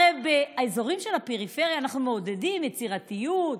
הרי באזורים של הפריפריה אנחנו מעודדים יצירתיות,